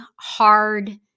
hard